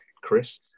Chris